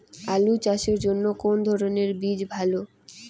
আলু চাষের জন্য কোন ধরণের বীজ ভালো?